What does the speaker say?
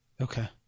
Okay